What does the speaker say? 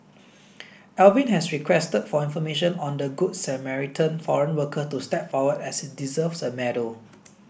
Alvin has requested for information on the Good Samaritan foreign worker to step forward as he deserves a medal